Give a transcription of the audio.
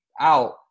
out